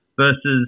versus